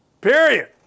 Period